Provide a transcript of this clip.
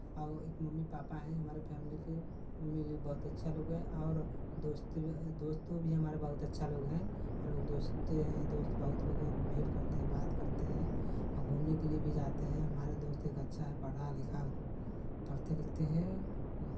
और एक mummy papa हैं हमारे फैमिली के मम्मी लोग बहुत अच्छा लोग हैं और दोस्ती दोस्तों भी हमारा बहुत अच्छा लोग हैं हमलोग दोस्त हैं दोस्त बहुत लोग भेंट करते हैं बात करते हैं और घूमने के लिये भी जाते हैं हमारे दोस्त एक अच्छा है पढ़ा लिखा पढ़ते लिखते हैं